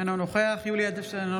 אינו נוכח יולי יואל אדלשטיין,